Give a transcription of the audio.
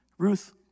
Ruth